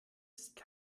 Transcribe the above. ist